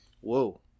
Whoa